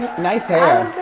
nice hair.